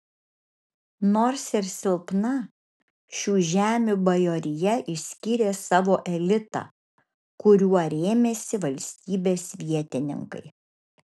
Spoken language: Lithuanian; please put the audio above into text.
nors ir silpna šių žemių bajorija išskyrė savo elitą kuriuo rėmėsi valstybės vietininkai